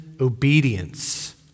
obedience